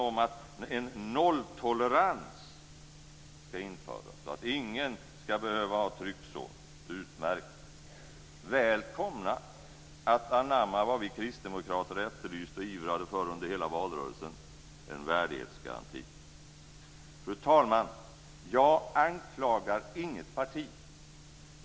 Utmärkt! Välkomna att anamma vad vi kristdemokrater efterlyste och ivrade för under hela valrörelsen - en värdighetsgaranti. Fru talman! Jag anklagar inget parti.